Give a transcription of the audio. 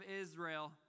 Israel